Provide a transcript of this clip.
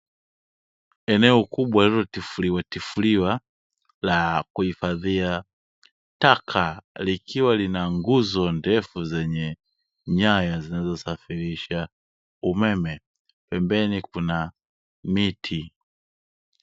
Eneo kubwa lililotifuliwa la kuhifadhia taka likiwa lina nguzo ndefu zenye nyaya zinazosafirisha umeme pembeni kuna miti.